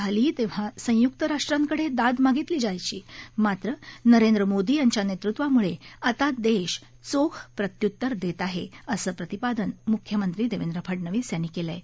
देशावर याआधी आक्रमणं झाली तेव्हा संयुक्त राष्ट्रांकडे दाद मागितली जायची मात्र नरेंद्र मोदी यांच्या नेतृत्वामुळे आता देश चोख प्रत्युतर देत आहे असं प्रतिपादन मुख्यमंत्री देवेंद्र फडनवीस यांनी केलं आहे